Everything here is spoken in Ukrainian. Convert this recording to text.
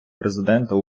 президента